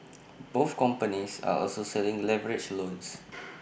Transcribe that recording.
both companies are also selling leveraged loans